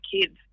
kids